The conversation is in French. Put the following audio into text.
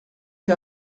été